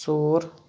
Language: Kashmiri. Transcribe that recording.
ژور